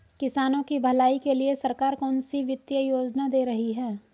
किसानों की भलाई के लिए सरकार कौनसी वित्तीय योजना दे रही है?